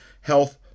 health